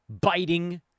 biting